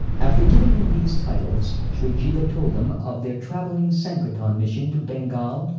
after giving them these titles, shri jiva told them of their travelling sankirtan mission to bengal,